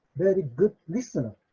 very good listener,